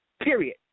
Period